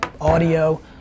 Audio